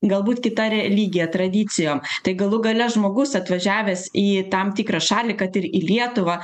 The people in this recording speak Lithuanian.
galbūt kita religija tradicijom tai galų gale žmogus atvažiavęs į tam tikrą šalį kad ir į lietuvą